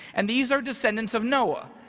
and these are descendants of noah.